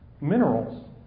minerals